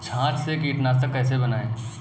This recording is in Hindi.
छाछ से कीटनाशक कैसे बनाएँ?